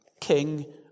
king